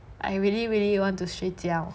I really really want to 睡觉